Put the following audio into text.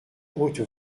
haute